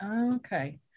Okay